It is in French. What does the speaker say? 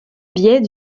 biais